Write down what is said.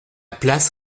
place